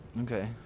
okay